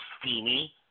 steamy